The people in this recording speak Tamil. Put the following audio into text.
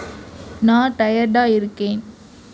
நான் டையர்டாக இருக்கேன்